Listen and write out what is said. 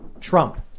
Trump